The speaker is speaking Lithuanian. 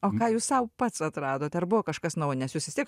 o ką jūs sau pats atradot ar buvo kažkas naujo nes jūs vis tiek